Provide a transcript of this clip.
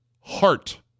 heart